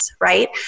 right